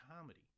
comedy